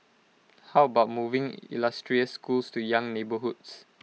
how about moving illustrious schools to young neighbourhoods